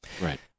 Right